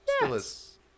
Yes